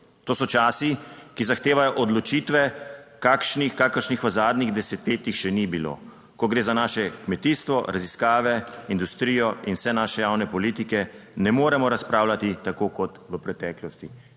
To so časi, ki zahtevajo odločitve, kakršnih v zadnjih desetletjih še ni bilo. Ko gre za naše kmetijstvo, raziskave, industrijo in vse naše javne politike, ne moremo razpravljati tako kot v preteklosti.